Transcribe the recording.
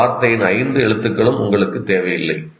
அந்த வார்த்தையின் ஐந்து எழுத்துக்களும் உங்களுக்குத் தேவையில்லை